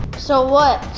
so what?